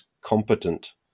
competent